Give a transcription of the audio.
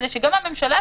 כדי שגם הממשלה,